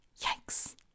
Yikes